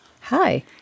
Hi